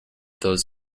those